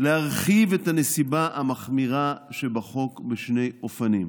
להרחיב את הנסיבה המחמירה שבחוק בשני אופנים: